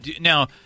Now